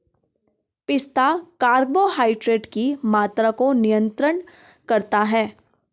पिस्ता कार्बोहाइड्रेट की मात्रा को नियंत्रित करता है